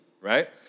right